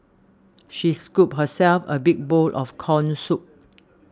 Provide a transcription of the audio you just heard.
she scooped herself a big bowl of Corn Soup